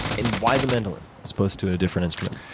and why the mandolin, as opposed to a different instrument?